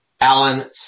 Alan